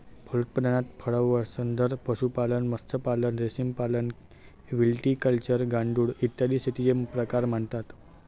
फलोत्पादन, फळसंवर्धन, पशुपालन, मत्स्यपालन, रेशीमपालन, व्हिटिकल्चर, गांडूळ, इत्यादी शेतीचे प्रकार मानतात